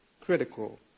critical